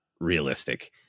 realistic